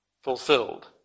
fulfilled